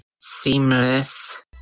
Seamless